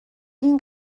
این